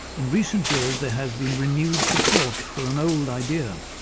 in recent years there has been renewed support for an old idea,